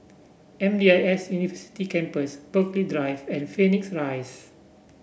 M D I S University Campus Burghley Drive and Phoenix Rise